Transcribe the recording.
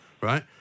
right